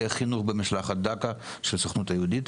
אחראי החינוך במשלחת --- בסוכנות היהודית